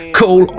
call